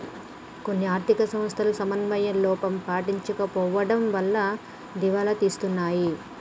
కొన్ని ఆర్ధిక సంస్థలు సమన్వయ లోపం పాటించకపోవడం వలన దివాలా తీస్తున్నాయి